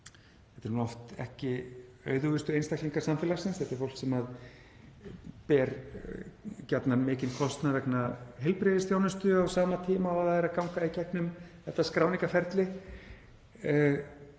þetta eru oft ekki auðugustu einstaklingar samfélagsins, þetta er fólk sem ber gjarnan mikinn kostnað vegna heilbrigðisþjónustu á sama tíma og það er að ganga í gegnum þetta skráningarferli